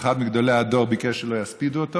שאחד מגדולי הדור ביקש שלא יספידו אותו